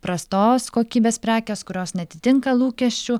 prastos kokybės prekės kurios neatitinka lūkesčių